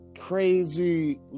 crazy